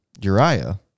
Uriah